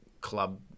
club